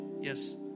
Yes